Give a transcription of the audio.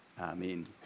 Amen